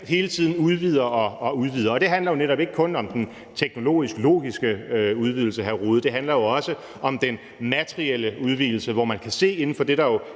hele tiden udvider og udvider. Og det handler jo netop ikke kun om den teknologisk-logiske udvidelse, hr. Jens Rohde, det handler også om den materielle udvidelse, hvor man kan se inden for det, der jo